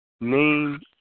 name